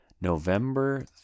November